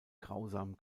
grausam